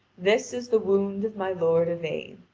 this is the wound of my lord yvain,